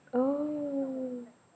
oh